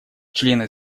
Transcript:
члены